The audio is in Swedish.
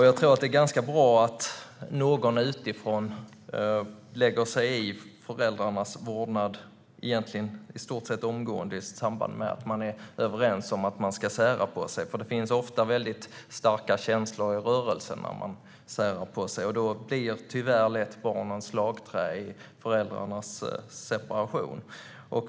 Jag tror att det är ganska bra att någon utifrån lägger sig i föräldrarnas vårdnad i stort sett omgående i samband med att de är överens om att sära på sig. Det finns nämligen ofta starka känslor i rörelse när människor särar på sig, och då blir tyvärr barnen lätt slagträ i föräldrarnas separation.